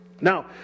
Now